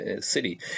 City